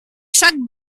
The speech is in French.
chaque